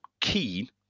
keen